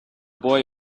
boy